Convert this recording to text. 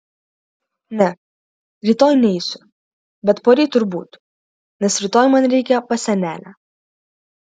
ne rytoj neisiu bet poryt turbūt nes rytoj man reikia pas senelę